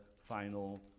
final